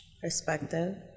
perspective